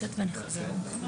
נראה.